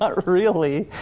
ah really,